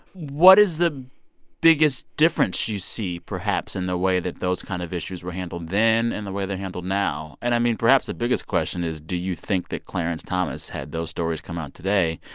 what is the biggest difference you see, perhaps, in the way that those kind of issues were handled then and the way they're handled now? and, i mean, perhaps the biggest question is do you think that clarence thomas, had those stories come out today,